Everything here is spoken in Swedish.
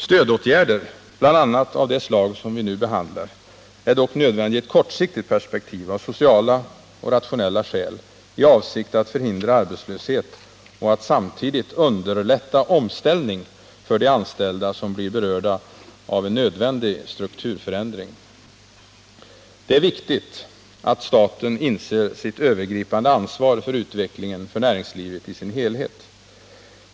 Stödåtgärder, bl.a. av det slag som vi nu behandlar, är dock nödvändiga i ett kortsiktigt perspektiv — av sociala och rationella skäl — i avsikt att förhindra arbetslöshet och att samtidigt underlätta omställning för de anställda som blir berörda av en nödvändig strukturförändring. Det är viktigt att staten inser sitt övergripande ansvar för utvecklingen av näringslivet i dess helhet.